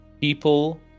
People